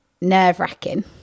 nerve-wracking